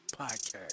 podcast